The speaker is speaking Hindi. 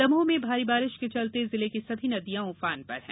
दमोह में भारी बारिश के चलते जिले की सभी नदियां उफान पर हैं